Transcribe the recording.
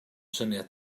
syniad